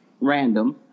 random